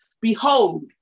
Behold